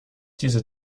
diese